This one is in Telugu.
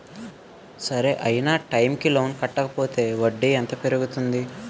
సరి అయినా టైం కి లోన్ కట్టకపోతే వడ్డీ ఎంత పెరుగుతుంది?